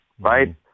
right